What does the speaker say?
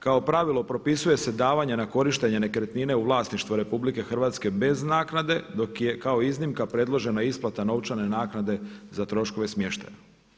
Kao pravilo propisuje se davanje na korištenje nekretnine u vlasništvu RH bez naknade dok je kao iznimka predložena isplata novčane naknade za troškove smještaja.